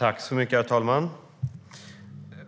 Herr talman!